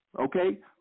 okay